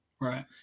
Right